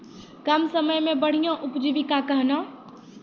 कम समय मे बढ़िया उपजीविका कहना?